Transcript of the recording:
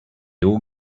all